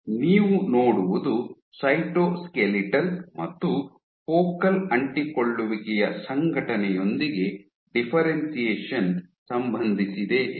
ನೀವು ನೋಡುವುದು ಸೈಟೋಸ್ಕೆಲಿಟಲ್ ಮತ್ತು ಫೋಕಲ್ ಅಂಟಿಕೊಳ್ಳುವಿಕೆಯ ಸಂಘಟನೆಯೊಂದಿಗೆ ಡಿಫ್ಫೆರೆನ್ಶಿಯೇಷನ್ ಸಂಬಂಧಿಸಿದೆ ಎಂದು